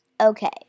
Okay